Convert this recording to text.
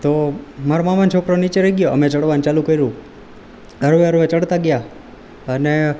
તો મારા મામાનો છોકરો નીચે રહી ગયો અમે ચડવાનું ચાલુ કર્યું હળવે હળવે ચડતા ગયા અને